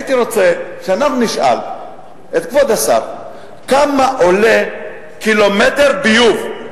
הייתי רוצה שאנחנו נשאל את כבוד השר כמה עולה קילומטר ביוב,